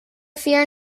fear